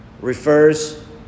refers